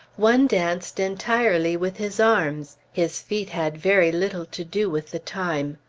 one danced entirely with his arms his feet had very little to do with the time.